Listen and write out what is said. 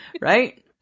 right